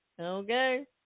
Okay